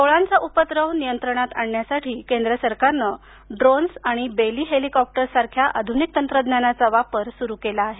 टोळांचा उपद्रव नियंत्रणात आणण्यासाठी केंद्र सरकारनं ड्रोन्स आणि बेली हेलिकॉप्टर्ससारख्या आधुनिक तंत्रज्ञानाचा वापर सुरु केला आहे